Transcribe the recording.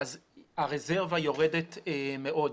הרזרבה יורדת מאוד.